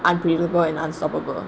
unpredictable and unsolvable